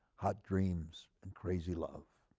hot dreams and crazy love.